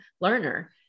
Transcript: learner